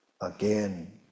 again